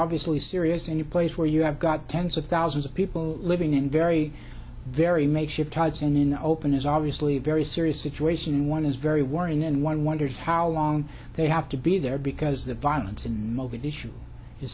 obviously serious any place where you have got tens of thousands of people living in very very makeshift tides and in the open is obviously a very serious situation one is very worrying and one wonders how long they have to be there because the violence in mogadishu